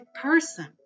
person